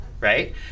right